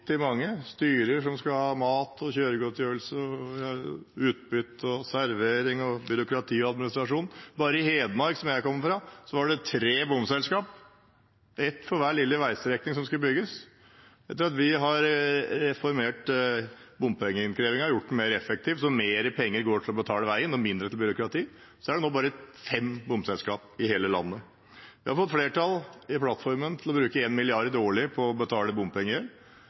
vanvittig mange styrer som skal ha mat, kjøregodtgjørelse, utbytte, servering – byråkrati og administrasjon. Bare i Hedmark, som jeg kommer fra, var det tre bompengeselskap – et for hver lille veistrekning som skulle bygges. Etter at vi har reformert bompengeinnkrevingen og gjort den mer effektiv, så mer penger går til å betale veien og mindre går til byråkrati, er det nå bare fem bompengeselskap i hele landet. Vi har fått flertall i plattformen til å bruke 1 mrd. kr årlig til å betale